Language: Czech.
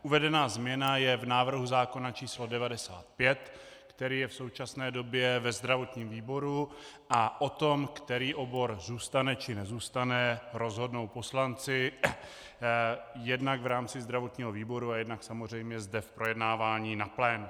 Uvedená změna je v návrhu zákona č. 95, který je v současné době ve zdravotním výboru, a o tom, který obor zůstane či nezůstane, rozhodnou poslanci jednak v rámci zdravotního výboru a jednak samozřejmě zde v projednávání na plénu.